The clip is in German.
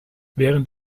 während